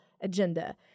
agenda